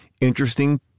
interesting